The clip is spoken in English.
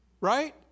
Right